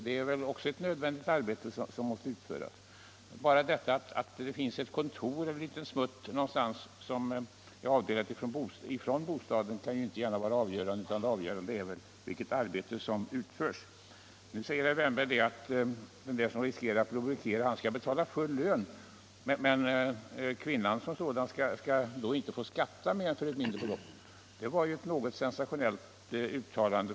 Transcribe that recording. Det är ju också ett arbete som måste utföras. Bara det att man har ett kontor eller en liten smutt som är avdelad från bostaden kan väl inte vara avgörande. Det avgörande måste väl vara arbetet som utförs. Sedan sade herr Wärnberg att arbetsgivaren skall betala full lön, men kvinnan skall inte behöva skatta för mer än ett mindre belopp. Det var ett sensationellt uttalande.